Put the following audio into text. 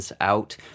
out